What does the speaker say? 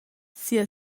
sia